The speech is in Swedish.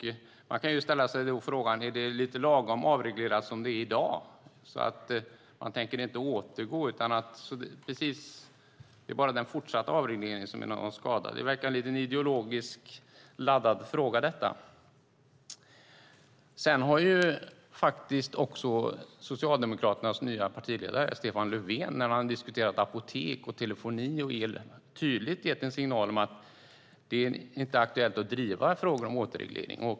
Man kan då ställa sig frågan om det är lite lagom avreglerat som det är i dag, så att de inte tänker återgå till något, utan menar att det bara är den fortsatta avregleringen som är skadlig. Det verkar vara en ideologiskt laddad fråga. Socialdemokraternas nya partiledare Stefan Löfven har, när man har diskuterat apotek, telefoni och el, tydligt gett en signal om att det inte är aktuellt att driva frågan om återreglering.